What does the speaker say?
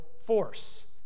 force